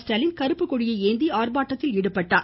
ஸ்டாலின் கருப்பு கொடியை ஏந்தி ஆர்ப்பாட்டத்தில் ஈடுபட்டார்